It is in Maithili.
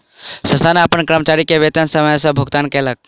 संस्थान अपन कर्मचारी के वेतन समय सॅ भुगतान कयलक